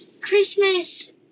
Christmas